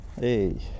Hey